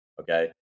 Okay